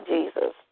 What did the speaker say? Jesus